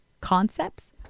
concepts